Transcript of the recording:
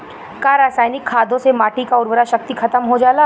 का रसायनिक खादों से माटी क उर्वरा शक्ति खतम हो जाला?